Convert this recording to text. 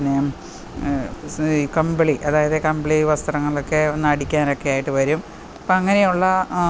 പിന്നെ ഈ കമ്പിളി അതായത് കമ്പിളി വസ്ത്രങ്ങളൊക്കെ ഒന്നടിക്കാൻ ഒക്കെ ആയിട്ട് വരും അപ്പം അങ്ങനെ ഉള്ള ആ